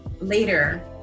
later